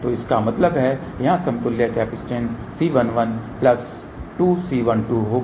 तो इसका मतलब है कि यहाँ समतुल्य कैपेसिटेंस C11 प्लस 2C12 होगी